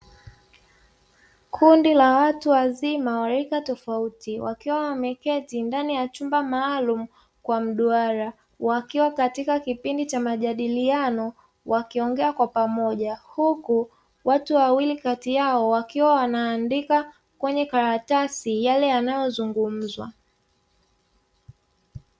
Kundi la watu wazima wa rika tofauti wakiwa wameketi ndani ya chumba maalumu kwa mduara, wakiwa katika kipindi cha majadiliano wakiongea kwa pamoja, huku watu wawili kati yao wakiwa wanaandika kwenye karatasi yale yanayozungumzwa.